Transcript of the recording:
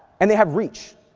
and they have reach,